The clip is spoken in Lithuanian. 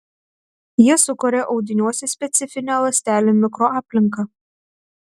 jie sukuria audiniuose specifinę ląstelių mikroaplinką